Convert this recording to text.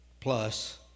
plus